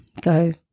go